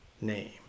name